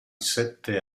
sette